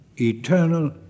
eternal